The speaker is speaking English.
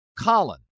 colin